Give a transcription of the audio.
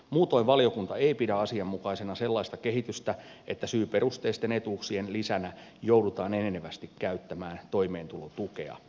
muutoin valiokunta ei pidä asianmukaisena sellaista kehitystä että syyperusteisten etuuksien lisänä joudutaan enenevästi käyttämään toimeentulotukea